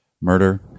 Murder